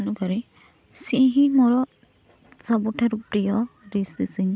ତେଣୁ କରି ସିଏ ହିଁ ମୋର ସବୁଠାରୁ ପ୍ରିୟ ରିଷି ସିଂ